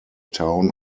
town